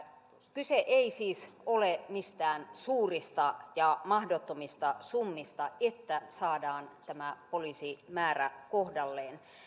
kyse ei siis ole mistään suurista ja mahdottomista summista että saadaan tämä poliisimäärä kohdalleen